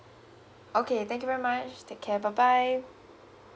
okay thank you very much take care bye bye